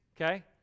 okay